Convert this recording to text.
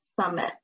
summit